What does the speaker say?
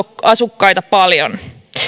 asukkaita paljon